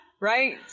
right